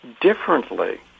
differently